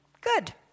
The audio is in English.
good